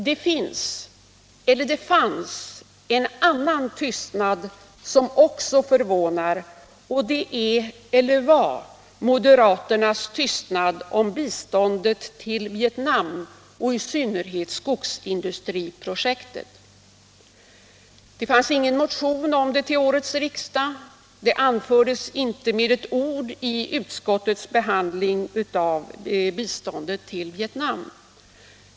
Det finns en annan tystnad som också förvånar, och det är moderaternas tystnad om biståndet till Vietnam och i synnerhet till skogsindustriprojektet. Det fanns ingen motion om detta till årets riksdag, det anfördes inte ett ord om det vid utskottets behandling av biståndet till Vietnam.